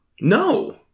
No